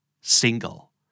Single